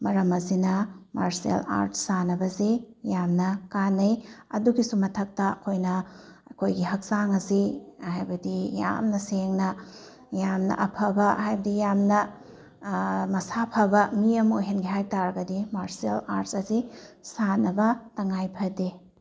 ꯃꯔꯝ ꯑꯁꯤꯅ martial arts ꯁꯥꯟꯅꯕꯁꯦ ꯌꯥꯝꯅ ꯀꯥꯟꯅꯩ ꯑꯗꯨꯒꯤꯁꯨ ꯃꯊꯛꯇ ꯑꯩꯈꯣꯏꯅ ꯑꯩꯈꯣꯏꯒꯤ ꯍꯛꯆꯥꯡ ꯑꯁꯤ ꯍꯥꯏꯕꯗꯤ ꯌꯥꯝꯅ ꯁꯦꯡꯅ ꯌꯥꯝꯅ ꯑꯐꯕ ꯍꯥꯏꯕꯗꯤ ꯌꯥꯝꯅ ꯃꯁꯥ ꯐꯕ ꯃꯤ ꯑꯃ ꯑꯣꯏꯍꯟꯒꯦ ꯍꯥꯏꯇꯥꯔꯒꯗꯤ ꯃꯥꯔꯁꯦꯜ ꯑꯥꯔꯠꯁ ꯑꯁꯦ ꯁꯥꯟꯅꯕ ꯇꯉꯥꯏꯐꯗꯦ